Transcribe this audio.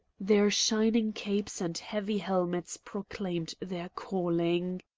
their shining capes and heavy helmets proclaimed their calling.